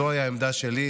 זוהי העמדה שלי,